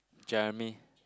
Jeremy